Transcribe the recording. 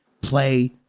play